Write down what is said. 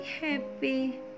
happy